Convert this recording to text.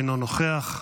אינו נוכח,